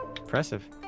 Impressive